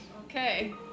Okay